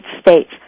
States